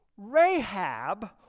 Rahab